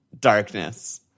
darkness